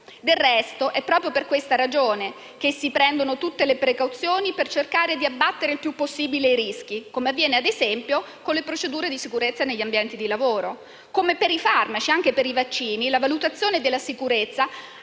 Del resto, è proprio per questa ragione che si prendono tutte le precauzioni per cercare di abbattere il più possibile i rischi, come avviene - ad esempio - con le procedure di sicurezza negli ambienti di lavoro. Come per i farmaci, anche per i vaccini la valutazione della sicurezza